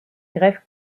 greffe